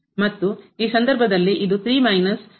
ಮತ್ತು ಈ ಸಂದರ್ಭದಲ್ಲಿ ಇದು ಅಂದರೆ ಇದು